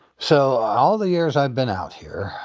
so all the years i've been out here,